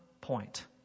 point